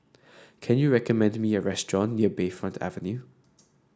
can you recommend me a restaurant near Bayfront Avenue